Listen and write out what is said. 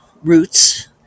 roots